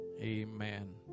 amen